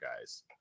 guys